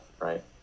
Right